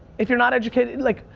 if you're not educated, like,